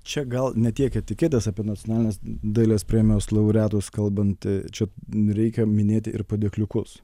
čia gal ne tiek etiketes apie nacionalinės dailės premijos laureatus kalbant čia reikia minėti ir padėkliukus